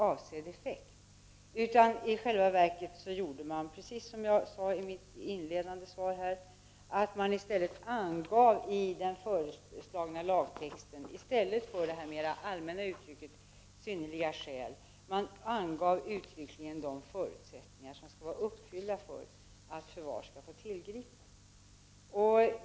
Därför angav man i stället, precis som jag sade i mitt inledande svar, i den föreslagna lagtexten, i stället för det allmänna uttrycket ”synnerliga skäl”, uttryckligen de förutsättningar som skall vara uppfyllda för att förvar skall få tillgripas.